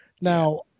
Now